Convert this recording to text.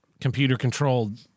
computer-controlled